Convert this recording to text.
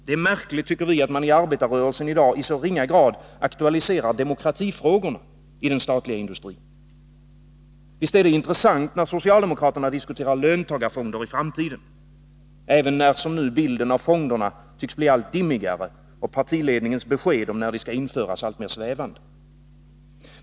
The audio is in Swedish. Det är märkligt, tycker vi, att man i arbetarrörelsen i dag i så ringa grad aktualiserar demokratifrågorna i den statliga industrin. Visst är det intressant när socialdemokraterna diskuterar löntagarfonder i framtiden — även när, som nu, bilden av fonderna tycks bli allt dimmigare och partiledningens besked om när de skall införas alltmer svävande.